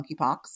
monkeypox